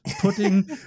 putting